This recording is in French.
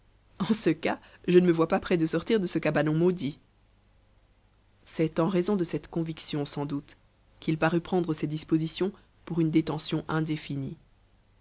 en ce cas je ne me vois pas près de sortir de ce cabanon maudit c'est en raison de cette conviction sans doute qu'il parut prendre ses dispositions pour une détention indéfinie